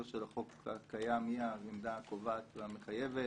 של החוק הקיים היא העמדה הקובעת והמחייבת.